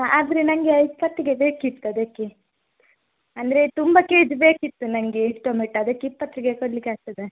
ಆದರೆ ನನಗೆ ಇಪ್ಪತ್ತಿಗೆ ಬೇಕಿತ್ತು ಅದಕ್ಕೆ ಅಂದರೆ ತುಂಬ ಕೇಜ್ ಬೇಕಿತ್ತು ನನಗೆ ಟೊಮೆಟೊ ಅದಕ್ಕೆ ಇಪ್ಪತ್ತಿಗೆ ಕೊಡಲಿಕ್ಕೆ ಆಗ್ತದಾ